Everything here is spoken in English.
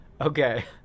Okay